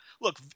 Look